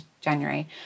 January